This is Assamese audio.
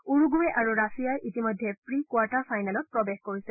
উৰুগুৱে আৰু ৰাছিয়াই ইতিমধ্যে প্ৰি কোৱাৰ্টাৰ ফাইনেলত প্ৰৱেশ কৰিছে